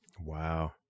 Wow